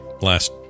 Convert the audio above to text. last